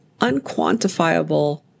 unquantifiable